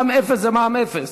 מע"מ אפס זה מע"מ אפס.